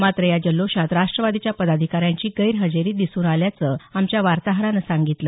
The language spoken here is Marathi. मात्र या जल्लोषात राष्ट्रवादीच्या पदाधिकाऱ्यांची गैरहजेरी दिसून आल्याचं आमच्या वार्ताहरानं सांगितलं